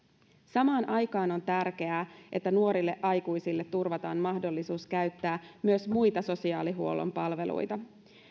samaan aikaan on tärkeää että nuorille aikuisille turvataan mahdollisuus käyttää myös muita sosiaalihuollon palveluita